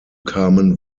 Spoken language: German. kamen